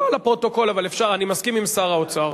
לא לפרוטוקול, אבל אני מסכים עם שר האוצר.